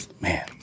man